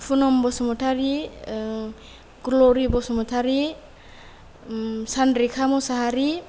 फुनाम Basumatari Glory Basumatari Sanrekha Mushahary